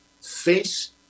Face